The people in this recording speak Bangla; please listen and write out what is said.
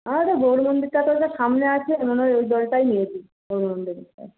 সামনে আছে মনে হয় ওই দলটাই নিয়েছে